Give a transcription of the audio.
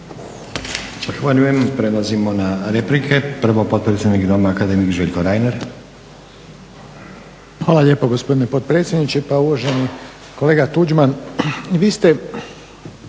Hvala lijepo gospodine potpredsjedniče. Pa uvaženi kolega Tuđman,